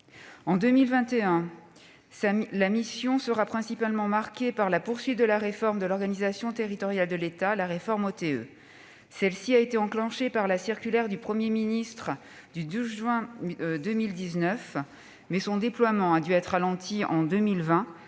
En 2021, la mission sera principalement marquée par la poursuite de la réforme de l'organisation territoriale de l'État (OTE). Celle-ci a été enclenchée par la circulaire du Premier ministre du 12 juin 2019, mais son déploiement a dû être ralenti en 2020